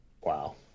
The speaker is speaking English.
wow